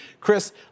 Chris